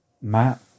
Matt